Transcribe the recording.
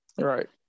right